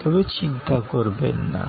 তবে চিন্তা করবেন না